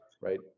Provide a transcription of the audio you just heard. Right